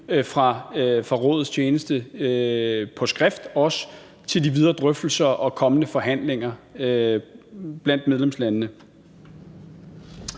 fra Rådets tjeneste på skrift, også til de videre drøftelser og kommende forhandlinger blandt medlemslandene.